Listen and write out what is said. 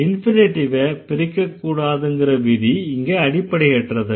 இன்ஃபினிட்டிவ பிரிக்கக்கூடாதுங்கற விதி இங்க அடிப்படையற்றது